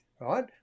right